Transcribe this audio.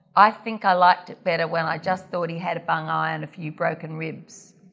i think i liked it better when i just thought he had a bung eye and a few broken ribs.